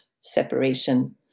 separation